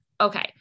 Okay